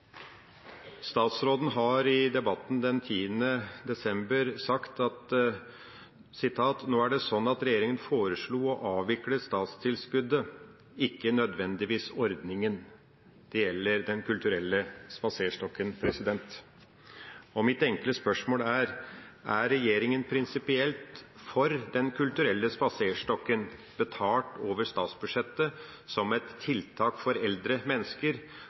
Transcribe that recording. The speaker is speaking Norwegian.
Statsråden sa i debatten den 10. desember: «Nå er det sånn at regjeringen foreslo å avvikle statstilskuddet, ikke nødvendigvis ordningen.» Det gjelder Den kulturelle spaserstokken. Og mitt enkle spørsmål er: Er regjeringa prinsipielt for Den kulturelle spaserstokken betalt over statsbudsjettet som et tiltak for eldre mennesker,